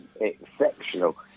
exceptional